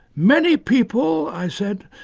many people i said,